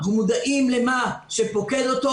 אנחנו מודעים למה שפוקד אותו.